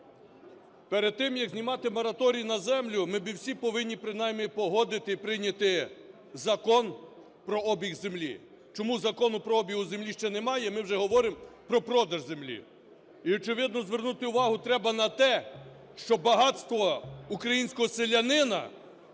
Перед тим, як знімати мораторій на землю, ми всі повинні принаймні погодити і прийняти Закон про обіг землі. Чому Закону про обіг землі ще немає, ми вже говоримо про продаж землі? І, очевидно, звернути увагу треба на те, що багатство українського селянина